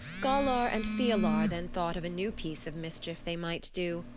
galar and fialar then thought of a new piece of mischief they might do.